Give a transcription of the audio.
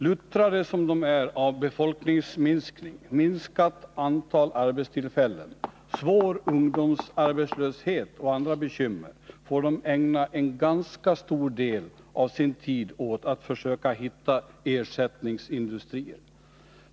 Luttrade som de är av befolkningsminskning, minskat antal arbetstillfällen, svår arbetslöshet och andra bekymmer får de ägna en ganska stor del av sin tid åt att försöka hitta ersättningsindustrier.